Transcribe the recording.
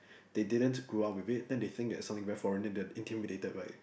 they didn't grow up with it then they think that something very foreign then they are very intimidated by it